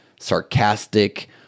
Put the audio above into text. sarcastic